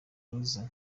rose